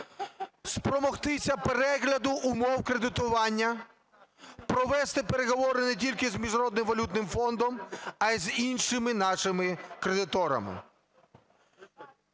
спромогтися перегляду умов кредитування, провести переговори не тільки з Міжнародним валютним фондом, а й з іншими нашими кредиторами.